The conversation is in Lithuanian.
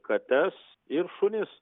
kates ir šunis